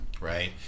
right